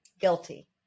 guilty